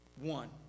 One